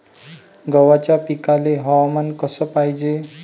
गव्हाच्या पिकाले हवामान कस पायजे?